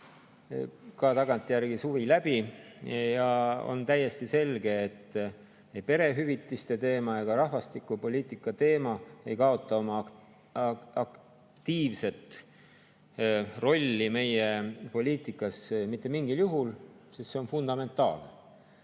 ka tagantjärele suvi läbi, ja on täiesti selge, et ei perehüvitiste teema ega ka rahvastikupoliitika teema ei kaota oma aktiivset rolli meie poliitikas mitte mingil juhul, sest see on fundamentaalne.